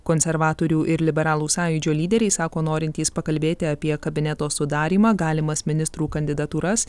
konservatorių ir liberalų sąjūdžio lyderiai sako norintys pakalbėti apie kabineto sudarymą galimas ministrų kandidatūras